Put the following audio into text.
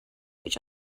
each